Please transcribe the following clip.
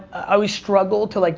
i always struggled to, like,